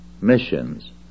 missions